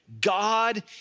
God